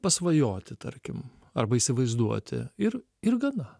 pasvajoti tarkim arba įsivaizduoti ir ir gana